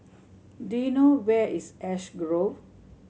do you know where is Ash Grove